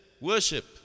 worship